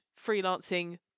freelancing